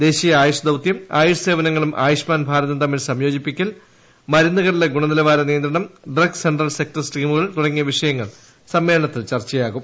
ദേശീയ ആയുഷ് ദൌത്യം ആയുഷ് സേവനങ്ങളും ആയുഷ്മാൻ ഭാരതും തമ്മിൽ സംയോജിപ്പിക്കൽ മരുന്നുകളുടെ ഗുണനിലവാര നിയന്ത്രണം ഡ്രഗ്സ് സെൻട്രൽ സെക്ടർ സ്കീമുകൾ തുടങ്ങിയ വിഷയങ്ങൾ സമ്മേളനത്തിൽ ചർച്ചയാകും